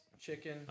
chicken